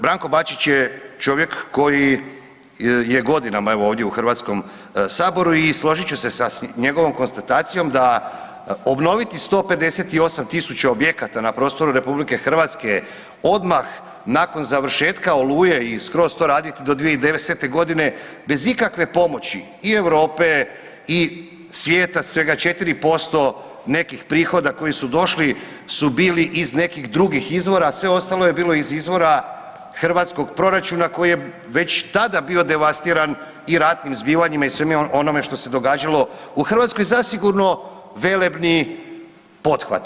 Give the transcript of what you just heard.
Branko Bačić je čovjek koji je godinama evo ovdje u Hrvatskom saboru i složit ću se sa njegovom konstatacijom da obnoviti 158 000 objekata na prostoru je odmah nakon završetka Oluje i skroz to raditi do 2010., bez ikakve pomoći i Europe i svijeta, svega 4% nekih prihoda koji su došli su bili iz nekih drugih izvora, sve ostalo je bilo iz izvora hrvatskog proračuna koji je već tada bio devastiran i ratnim zbivanjima i svemu onome što se događalo u Hrvatskoj, zasigurno velebni pothvati.